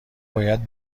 باید